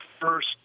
first